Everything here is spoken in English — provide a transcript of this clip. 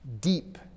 deep